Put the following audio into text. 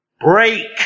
break